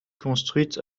construite